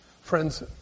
Friends